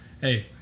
hey